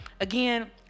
again